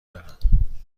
دارم